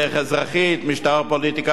"משטר ופוליטיקה בישראל".